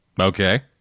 Okay